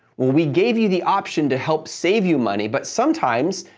we gave you the option to help save you money, but sometimes,